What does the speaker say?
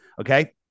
Okay